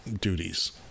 duties